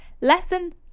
Lesson